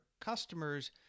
customers